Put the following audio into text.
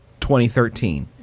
2013